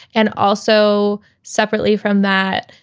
and also separately from that,